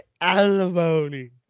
alimony